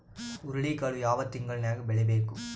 ಹುರುಳಿಕಾಳು ಯಾವ ತಿಂಗಳು ನ್ಯಾಗ್ ಬೆಳಿಬೇಕು?